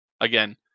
again